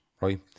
right